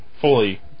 fully